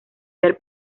ver